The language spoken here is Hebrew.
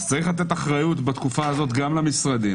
אז צריך להטיל אחריות בתקופה הזאת גם על המשרדים,